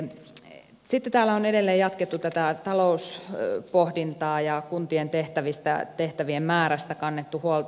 sitten täällä on edelleen jatkettu tätä talouspohdintaa ja kuntien tehtävien määrästä kannettu huolta